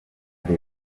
leta